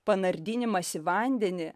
panardinimas į vandenį